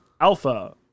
Alpha